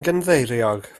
gynddeiriog